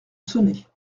sonner